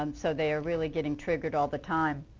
um so they are really getting triggered all the time.